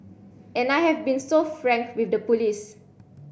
and I have been so frank with the police